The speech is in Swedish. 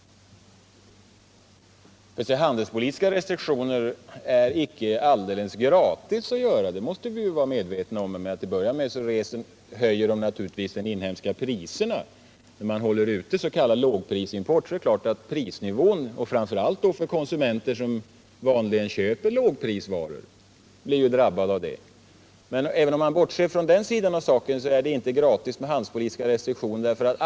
Handelspolitiska restriktioner får man inte alldeles gratis — det måste vi vara på det klara med. Till att börja med höjer de naturligtvis de inhemska priserna. Om man utestänger s.k. lågprisimport är det klart att prisnivån höjs. Framför allt drabbas givetvis de konsumenter som vanligen köper lågprisvaror. Men inte heller bortsett från detta får man handelspolitiska restriktioner gratis.